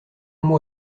mot